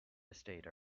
estate